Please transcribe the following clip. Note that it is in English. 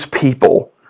people